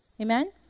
Amen